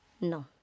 no